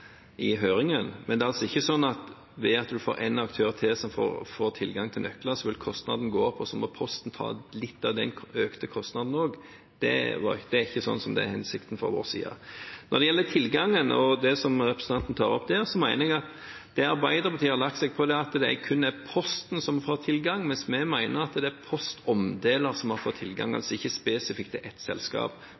høringen. Men det er ikke slik at ved at en får en aktør til som får tilgang til nøkler, så vil kostnaden gå opp, og så må Posten ta litt av den økte kostnaden også. Det er ikke hensikten fra vår side. Når det gjelder tilgangen og det som representanten Juvik tar opp i forbindelse med det, mener jeg at Arbeiderpartiet har lagt seg på en linje med at det er kun Posten som får tilgang, mens vi mener at det er postomdeler som har fått tilgang, altså ikke ett spesifikt